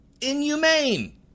inhumane